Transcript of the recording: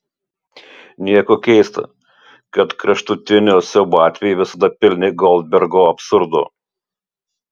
nieko keista kad kraštutinio siaubo atvejai visada pilni goldbergo absurdo